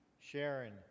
Sharon